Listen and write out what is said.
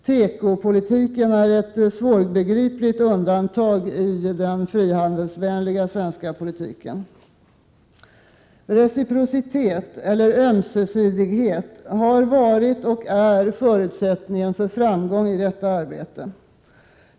Tekopolitiken är ett svårbegripligt undantag i den frihandelsvänliga svenska politiken. ”Reciprocitet” eller ”ömsesidighet” har varit och är förutsättningen för framgång i detta arbete.